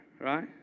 right